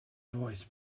voice